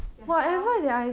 yourself